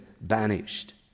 banished